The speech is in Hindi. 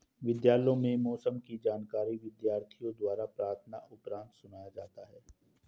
विद्यालयों में मौसम की जानकारी विद्यार्थियों द्वारा प्रार्थना उपरांत सुनाया जाता है